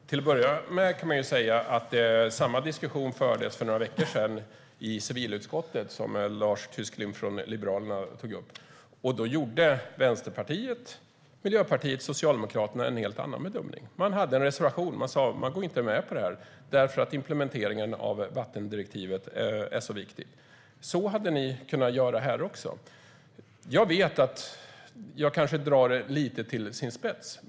Herr talman! Till att börja med kan man säga att samma diskussion fördes för några veckor sedan i civilutskottet, som Lars Tysklind från Liberalerna tog upp. Då gjorde Vänsterpartiet, Miljöpartiet och Socialdemokraterna en helt annan bedömning. Man hade en reservation, och man gick inte med på detta eftersom implementeringen av vattendirektivet är så viktigt. Så hade ni kunnat göra här också. Jag vet att jag kanske drar det lite till sin spets.